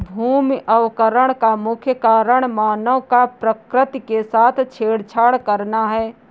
भूमि अवकरण का मुख्य कारण मानव का प्रकृति के साथ छेड़छाड़ करना है